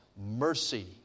mercy